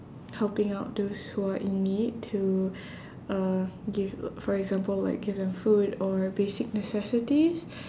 helping out those who are in need to uh give for example like give them food or basic necessities